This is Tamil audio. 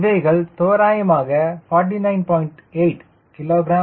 இவைகள் தோராயமாக 49